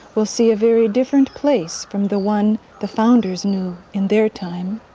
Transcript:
will see a very different place from the one the founders knew in their time.